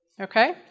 Okay